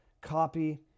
copy